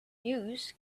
use